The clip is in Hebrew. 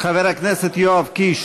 חבר הכנסת יואב קיש